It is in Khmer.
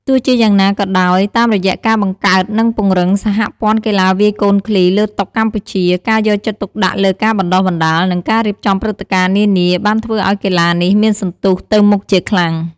ទោះជាយ៉ាងណាក៏ដោយ តាមរយៈការបង្កើតនិងពង្រឹងសហព័ន្ធកីឡាវាយកូនឃ្លីលើតុកម្ពុជា ការយកចិត្តទុកដាក់លើការបណ្ដុះបណ្ដាល និងការរៀបចំព្រឹត្តិការណ៍នានាបានធ្វើឱ្យកីឡានេះមានសន្ទុះទៅមុខជាខ្លាំង។